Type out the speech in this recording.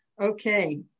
Okay